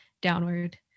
downward